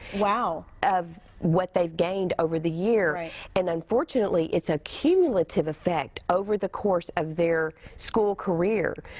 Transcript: wow. of what they've gained over the year. and unfortunately it's a cumulative effect over the course of their school career.